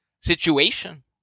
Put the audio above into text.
situation